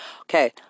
Okay